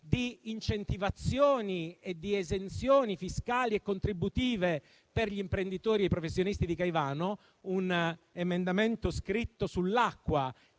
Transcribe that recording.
di incentivazioni e di esenzioni fiscali e contributive per gli imprenditori e i professionisti di Caivano: un emendamento scritto sull'acqua